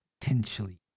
Potentially